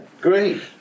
Great